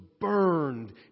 burned